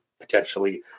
potentially